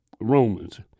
Romans